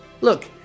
Look